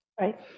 Right